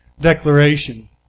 Declaration